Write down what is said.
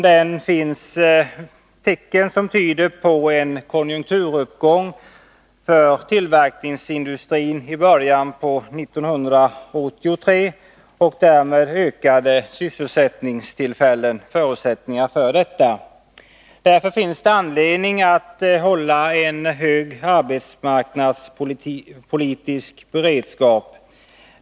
Det finns dock tecken som tyder på en konjunkturuppgång för tillverkningsindustrin i början av 1983. En sådan konjunkturförbättring skulle innebära förutsättningar för en ökning av antalet sysselsättningstillfällen. Därför finns det anledning att hålla en hög arbetsmarknadspolitisk beredskap.